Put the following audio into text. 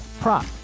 prop